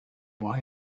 why